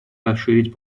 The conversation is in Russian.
расширить